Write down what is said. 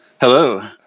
Hello